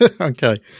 Okay